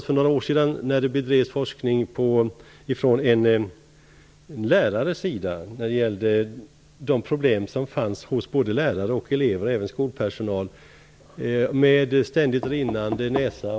För några år sedan bedrev en lärare forskning rörande problem hos lärare, skolpersonal och elever med bl.a. ständigt rinnande näsa.